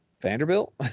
Vanderbilt